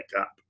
up